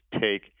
take